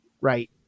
right